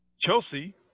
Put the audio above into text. chelsea